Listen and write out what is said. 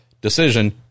decision